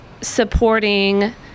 supporting